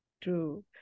True